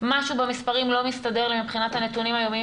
משהו במספרים לא מסתדר לי בנתונים היומיים